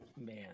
Man